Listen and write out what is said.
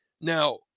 Now